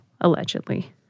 allegedly